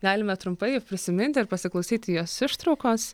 galime trumpai prisiminti ir pasiklausyti jos ištraukos